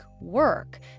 work